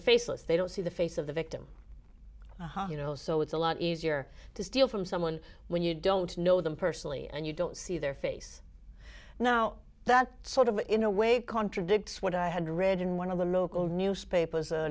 are faceless they don't see the face of the victim you know so it's a lot easier to steal from someone when you don't know them personally and you don't see their face now that sort of in a way contradicts what i had read in one of the local newspapers